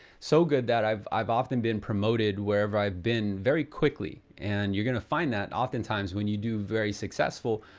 so good that i've i've often been promoted wherever i've been very quickly. and you're gonna find that oftentimes when you do very successful,